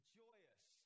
joyous